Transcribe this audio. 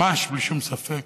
ממש בלי שום ספק.